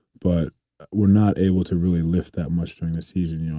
but we're not able to really lift that much during the season. yeah